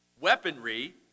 Weaponry